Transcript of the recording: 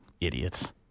idiots